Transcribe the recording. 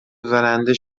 زننده